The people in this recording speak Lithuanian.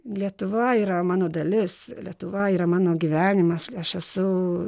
lietuva yra mano dalis lietuva yra mano gyvenimas aš esu